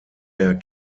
der